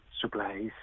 supplies